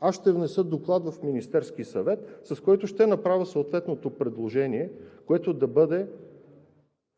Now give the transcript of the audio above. аз ще внеса доклад в Министерския съвет, с който ще направя съответното предложение, което да бъде